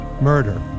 Murder